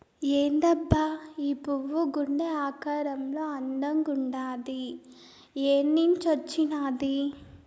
ఏందబ్బా ఈ పువ్వు గుండె ఆకారంలో అందంగుండాది ఏన్నించొచ్చినాది